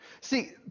See